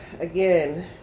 again